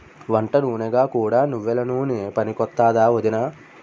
వంటనూనెగా కూడా నువ్వెల నూనె పనికొత్తాదా ఒదినా?